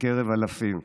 בקרב אלפים.